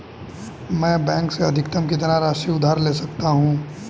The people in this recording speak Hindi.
मैं बैंक से अधिकतम कितनी राशि उधार ले सकता हूँ?